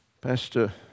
Pastor